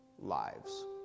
lives